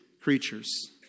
creatures